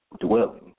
dwelling